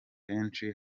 henshi